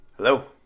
Hello